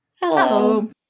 Hello